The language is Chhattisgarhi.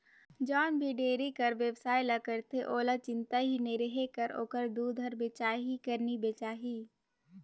जउन भी डेयरी कर बेवसाय ल करथे ओहला चिंता नी रहें कर ओखर दूद हर बेचाही कर नी बेचाही